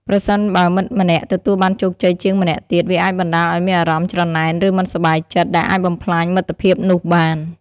ប្រសិនបើមិត្តម្នាក់ទទួលបានជោគជ័យជាងម្នាក់ទៀត វាអាចបណ្ដាលឱ្យមានអារម្មណ៍ច្រណែន ឬមិនសប្បាយចិត្ត ដែលអាចបំផ្លាញមិត្តភាពនោះបាន ។